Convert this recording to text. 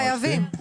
כן, אתם חייבים.